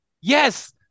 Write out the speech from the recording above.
Yes